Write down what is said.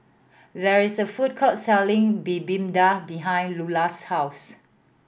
there is a food court selling Bibimbap behind Lulah's house